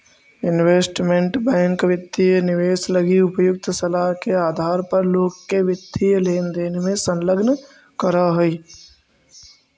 investment bank वित्तीय निवेश लगी उपयुक्त सलाह के आधार पर लोग के वित्तीय लेनदेन में संलग्न करऽ हइ